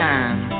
Time